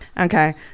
Okay